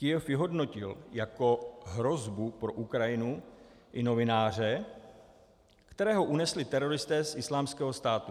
Kyjev vyhodnotil jako hrozbu pro Ukrajinu i novináře, kterého unesli teroristé z Islámského státu.